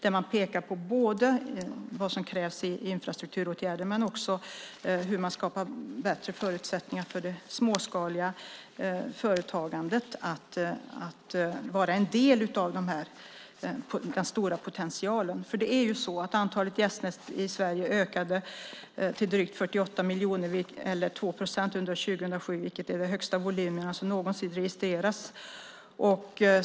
Han pekar på både vad som krävs i infrastrukturåtgärder och hur man skapar bättre förutsättningar för det småskaliga företagandet att vara en del av den stora potentialen. Antalet gästnätter i Sverige ökade med 2 procent till drygt 48 miljoner under 2007, vilket är den högsta volym som någonsin registrerats.